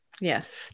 Yes